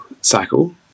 cycle